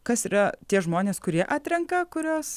kas yra tie žmonės kurie atrenka kurios